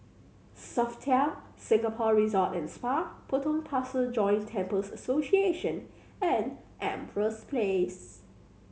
Sofitel Singapore Resort and Spa Potong Pasir Joint Temples Association and Empress Place